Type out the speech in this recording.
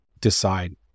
decide